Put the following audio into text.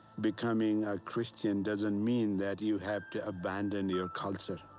becoming a christian doesn't mean that you have to abandon your culture.